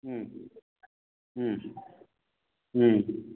ಹ್ಞೂ ಹ್ಞೂ ಹ್ಞೂ ಹ್ಞೂ ಹ್ಞೂ ಹ್ಞೂ